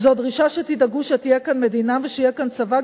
זו דרישה שתדאגו שתהיה כאן מדינה ושיהיה כאן צבא,